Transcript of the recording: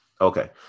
okay